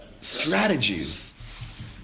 strategies